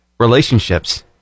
relationships